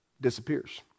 disappears